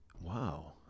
Wow